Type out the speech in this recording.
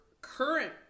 current